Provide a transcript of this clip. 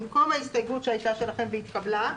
במקום ההסתייגות שהייתה שלכם והתקבלה,